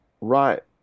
right